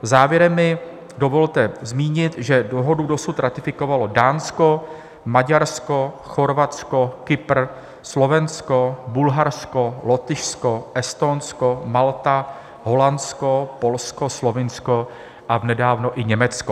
Závěrem mi dovolte zmínit, že dohodu dosud ratifikovalo Dánsko, Maďarsko, Chorvatsko, Kypr, Slovensko, Bulharsko, Lotyšsko, Estonsko, Malta, Holandsko, Polsko, Slovinsko a nedávno i Německo.